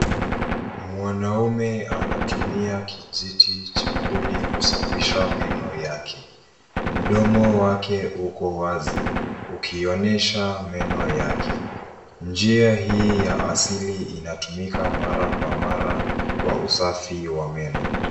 Mwanaume anatumia kijiti cha kuni kusafisha meno yake. Mdomo wake uko wazi ukionyesha meno yake. Njia hii ya asili inatumika mara kwa mara kwa usafi wa meno.